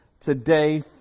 Today